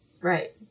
Right